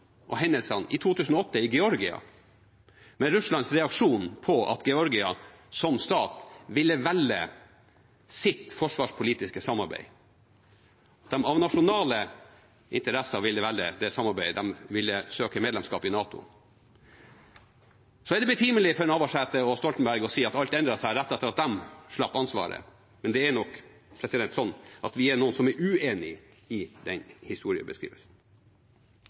og hendelsene i 2008 i Georgia med Russlands reaksjon på at Georgia som stat ville velge sitt forsvarspolitiske samarbeid. De ville av nasjonale interesser velge det samarbeidet; de ville søke medlemskap i NATO. Det er betimelig for Liv Signe Navarsete og Jens Stoltenberg å si at alt endret seg rett etter at de slapp ansvaret, men det er nok sånn at noen av oss er uenig i den historiebeskrivelsen.